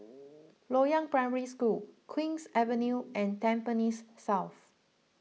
Loyang Primary School Queen's Avenue and Tampines South